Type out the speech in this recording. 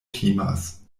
timas